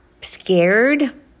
scared